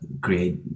create